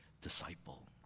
disciple